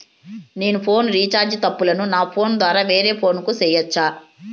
నేను phone recharge తప్పులను నా ఫోను ద్వారా వేరే ఫోను కు సేయొచ్చా?